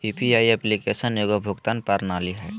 UPI application एगो भुगतान प्रणाली हइ